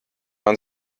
man